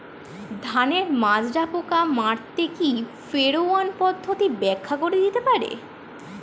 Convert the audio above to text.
ধানের মাজরা পোকা মারতে কি ফেরোয়ান পদ্ধতি ব্যাখ্যা করে দিতে পারে?